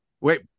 Wait